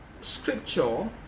scripture